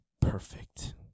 perfect